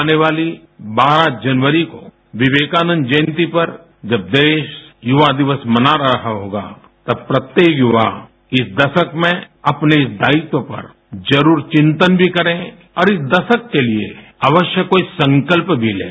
आने वाली बारह जनवरी को विवेकानंद जयंती पर जब देश युवा दिवस मना रहा होगा तब प्रत्येक युवा इस दशक में अपने इस दायित्व पर जरुर चिंतन भी करें और इस दशक के लिए अवश्य कोई संकल्प भी लें